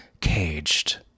caged